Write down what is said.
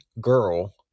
girl